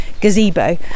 gazebo